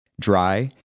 dry